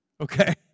Okay